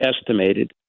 estimated